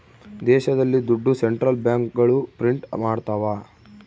ದೇಶದಲ್ಲಿ ದುಡ್ಡು ಸೆಂಟ್ರಲ್ ಬ್ಯಾಂಕ್ಗಳು ಪ್ರಿಂಟ್ ಮಾಡ್ತವ